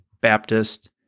Baptist